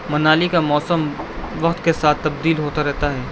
منالی کا موسم وقت کے ساتھ تبدیل ہوتا رہتا ہے